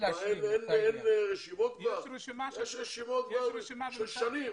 יש רשימות במשך שנים.